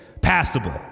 passable